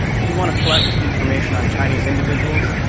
if you want to collect information on chinese individuals,